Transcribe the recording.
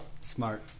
Smart